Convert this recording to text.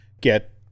get